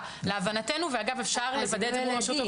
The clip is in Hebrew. גוף שמתאם ומתכלל את הילדים